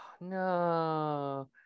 No